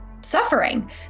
suffering